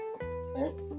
First